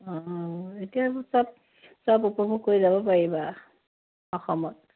অঁ এতিয়া সব সব উপভোগ কৰি যাব পাৰিবা অসমত